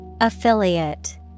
Affiliate